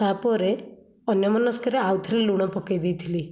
ତାପରେ ଅନ୍ୟମନସ୍କରେ ଆଉ ଥରେ ଲୁଣ ପକାଇ ଦେଇଥିଲି